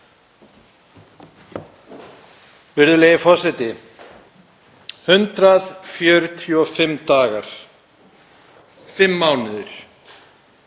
Virðulegi forseti. 145 dagar, fimm mánuðir.